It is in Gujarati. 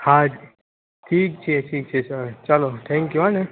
હા ઠીક છે ઠીક છે ચલ ચાલો થેન્કયૂ હા ને